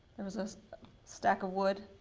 there was this stack of wood.